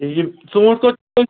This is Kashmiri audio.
یہِ ژوٗنٛٹھ